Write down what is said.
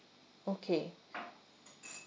okay